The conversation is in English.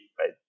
right